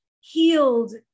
healed